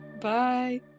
Bye